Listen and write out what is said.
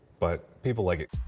but people like it.